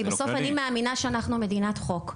בסוף אני מאמינה שאנחנו מדינת חוק,